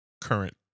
current